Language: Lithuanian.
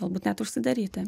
galbūt net užsidaryti